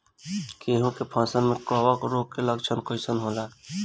गेहूं के फसल में कवक रोग के लक्षण कइसन होला?